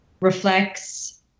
reflects